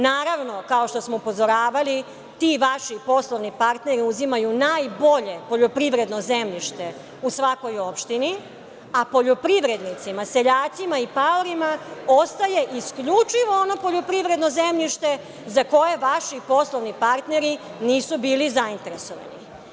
Naravno, kao što smo upozoravali, ti vaši poslovni partneri uzimaju najbolje poljoprivredno zemljište u svakoj opštini, a poljoprivrednicima, seljacima i paorima ostaje isključivo ono poljoprivredno zemljište za koje vaši poslovni partneri nisu bili zainteresovani.